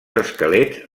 esquelets